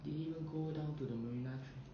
they even go down to the marina